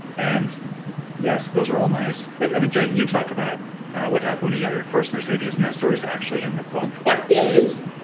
and yes those are all nice but jay you talk about what happened when you got your first mercedes. and that story is actually in the book. yeah it is.